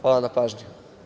Hvala na pažnji.